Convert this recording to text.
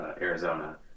Arizona